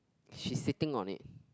she sitting on it